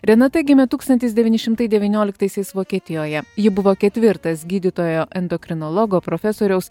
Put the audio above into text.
renata gimė tūkstantis devyni šimtai devynioliktaisiais vokietijoje ji buvo ketvirtas gydytojo endokrinologo profesoriaus